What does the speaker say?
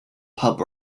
pub